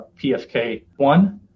PFK1